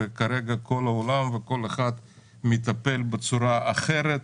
וכרגע כל העולם וכל אחד מטפל בצורה אחרת.